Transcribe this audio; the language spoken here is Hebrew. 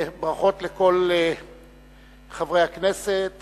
ברכות לכל חברי הכנסת